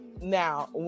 Now